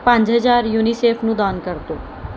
ਪੰਜ ਹਜ਼ਾਰ ਯੂਨੀਸੇਫ ਨੂੰ ਦਾਨ ਕਰ ਦਿਉ